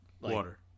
water